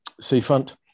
seafront